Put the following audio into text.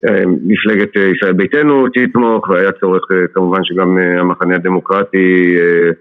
מפלגת ישראל ביתנו תתמוך והיה צורך כמובן שגם המחנה הדמוקרטי